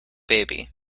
baby